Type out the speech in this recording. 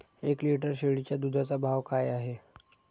एक लिटर शेळीच्या दुधाचा भाव काय आहे?